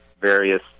various